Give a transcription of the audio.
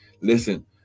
Listen